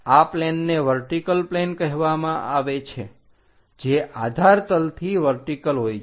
આ પ્લેનને vertical plane કહેવામાં આવે છે જે આધાર તલથી વર્ટિકલ હોય છે